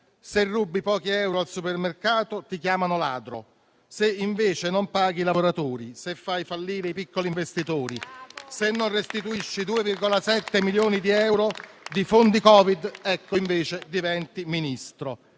se rubi pochi euro al supermercato, ti chiamano ladro. Se invece non paghi i lavoratori, se fai fallire i piccoli investitori, se non restituisci 2,7 milioni di euro di fondi Covid, ecco che invece diventi Ministro.